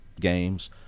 games